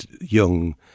young